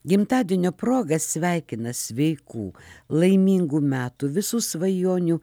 gimtadienio proga sveikina sveikų laimingų metų visų svajonių